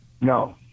No